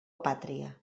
pàtria